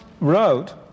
wrote